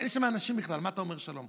אין שם אנשים בכלל, מה אתה אומר שלום?